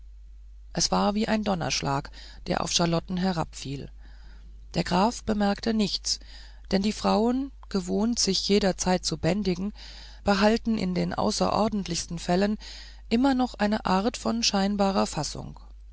es war wie ein donnerschlag der auf charlotten herabfiel der graf bemerkte nichts denn die frauen gewohnt sich jederzeit zu bändigen behalten in den außerordentlichsten fällen immer noch eine art von scheinbarer fassung